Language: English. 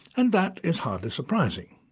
and that is hardly surprising.